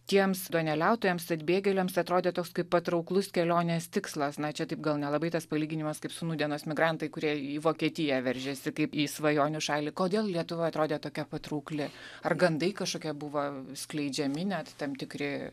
tiems duoneliautojams atbėgėliams atrodė toks kaip patrauklus kelionės tikslas na čia taip gal nelabai tas palyginimas kaip su nūdienos migrantai kurie į vokietiją veržiasi kaip į svajonių šalį kodėl lietuva atrodė tokia patraukli ar gandai kažkokie buvo skleidžiami net tam tikri